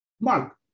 Mark